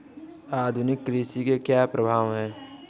आधुनिक कृषि के क्या प्रभाव हैं?